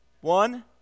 One